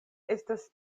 estas